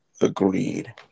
Agreed